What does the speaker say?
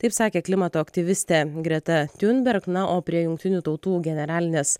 taip sakė klimato aktyvistė greta tiunberg na o prie jungtinių tautų generalinės